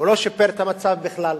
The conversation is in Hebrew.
לא שיפר את המצב בכלל,